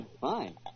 Fine